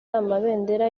amabendera